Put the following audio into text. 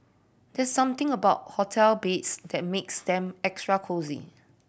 there's something about hotel beds that makes them extra cosy